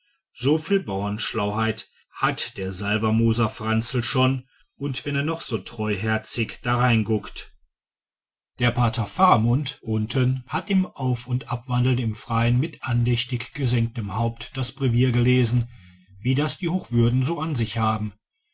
so viel bauernschlauheit hat der salvermoser franzl schon und wenn er noch so treuherzig dareinguckt der pater faramund unten hat im auf und abwandeln im freien mit andächtig gesenktem haupt das brevier gelesen wie das die hochwürdigen so an sich haben